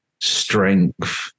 strength